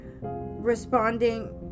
responding